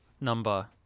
number